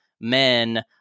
men